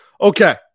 Okay